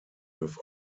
with